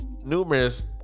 numerous